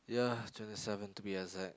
ya twenty seven to be exact